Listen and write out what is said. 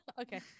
Okay